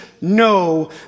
no